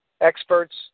experts